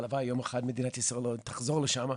הלוואי יום אחד מדינת ישראל עוד תחזור לשם.